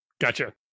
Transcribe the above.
Gotcha